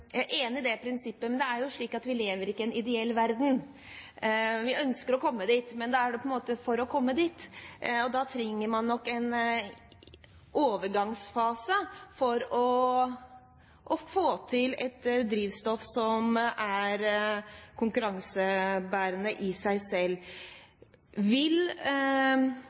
Jeg er enig i det prinsippet, men det er jo slik at vi ikke lever i en ideell verden. Vi ønsker å komme dit, men da er det på en måte for å komme dit. Da trenger vi nok en overgangsfase for å få til et drivstoff som er konkurransebærende i seg selv. Vil